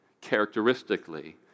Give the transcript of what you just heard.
characteristically